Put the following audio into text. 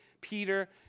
Peter